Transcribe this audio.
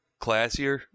classier